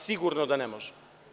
Sigurno da ne može.